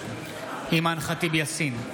אימאן ח'טיב יאסין,